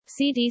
CDC